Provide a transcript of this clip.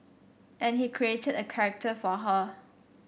and he created a character for her